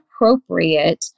appropriate